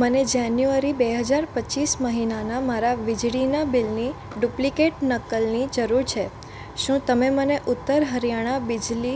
મને જાન્યુઆરી બે હજાર પચીસ મહિનાના મારા વીજળીના બિલની ડુપ્લિકેટ નકલની જરૂર છે શું તમે મને ઉત્તર હરિયાણા બિજલી